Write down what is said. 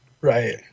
Right